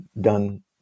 done